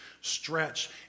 stretch